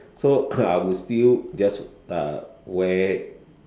so I would still just uh wear